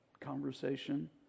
conversation